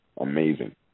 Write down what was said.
amazing